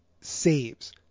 saves